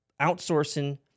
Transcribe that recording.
outsourcing